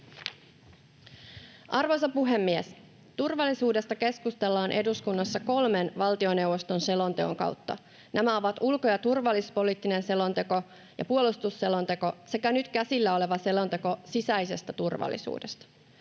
Arvoisa puhemies! Turvallisuudesta keskustellaan eduskunnassa kolmen valtioneuvoston selonteon kautta. Nämä ovat ulko- ja turvallisuuspoliittinen selonteko ja puolustusselonteko sekä nyt käsillä oleva selonteko sisäisestä turvallisuudesta.